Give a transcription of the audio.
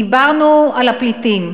דיברנו על הפליטים,